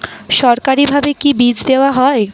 সরকারিভাবে কি বীজ দেওয়া হয়?